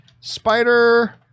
Spider